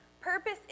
purpose